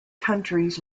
countries